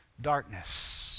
darkness